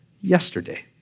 Yesterday